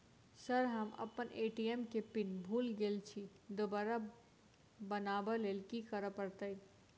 Sir हम अप्पन ATM केँ पिन भूल गेल छी दोबारा बनाब लैल की करऽ परतै?